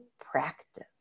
practice